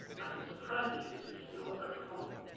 and surprisingly this is still a very common one.